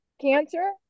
cancer